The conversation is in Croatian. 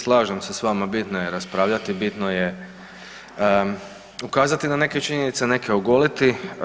Slažem se s vama, bitno je raspravljati, bitno je ukazati na neke činjenice, neke ogoliti.